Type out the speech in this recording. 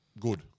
Good